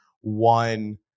one